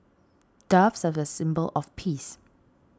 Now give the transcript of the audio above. doves are a symbol of peace